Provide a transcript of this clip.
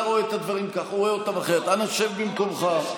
לא, על העובדות.